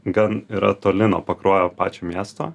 gal yra toli nuo pakruojo pačio miesto